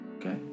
Okay